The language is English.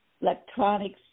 electronics